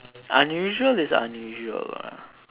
unusual is unusual lah